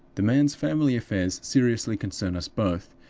the man's family affairs seriously concern us both,